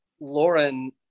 Lauren